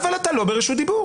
אתה לא ברשות דיבור.